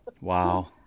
Wow